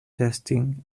testing